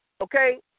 Okay